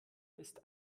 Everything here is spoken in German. ist